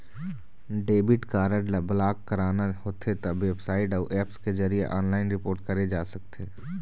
debit card ल block कराना होथे त बेबसाइट अउ ऐप्स के जरिए ऑनलाइन रिपोर्ट करे जा सकथे